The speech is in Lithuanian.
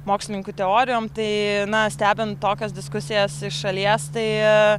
mokslininkų teorijom tai na stebint tokias diskusijas iš šalies tai